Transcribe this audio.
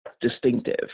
distinctive